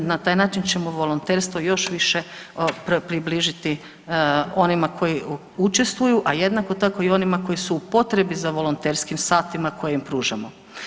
Na taj način ćemo volonterstvo još više približiti onima koji učestvuju, a jednako tako i onima koji su u potrebi za volonterskim satima koje im pružamo.